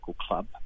club